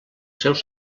seus